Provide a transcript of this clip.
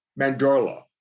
mandorla